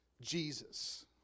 Jesus